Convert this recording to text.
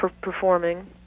performing